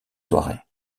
soirées